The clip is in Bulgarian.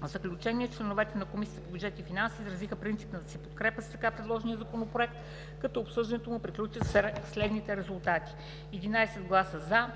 В заключение членовете на Комисията по бюджет и финанси изразиха принципната си подкрепа за така предложения законопроект, като обсъждането му приключи със следните резултати: С 11 гласа „за“,